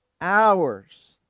hours